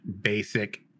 basic